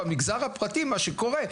במגזר הפרטי מה שקורה,